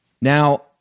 Now